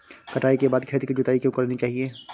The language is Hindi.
कटाई के बाद खेत की जुताई क्यो करनी चाहिए?